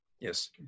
Yes